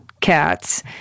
cats